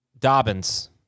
Dobbins